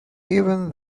even